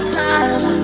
time